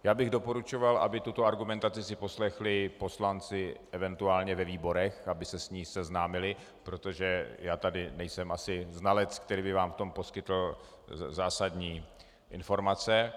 Já bych doporučoval, aby si tuto argumentaci poslechli poslanci eventuálně ve výborech, aby se s ní seznámili, protože já tady nejsem asi znalec, který by vám v tom poskytl zásadní informace.